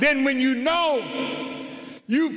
then when you know you